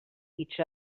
each